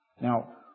Now